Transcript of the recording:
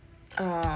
err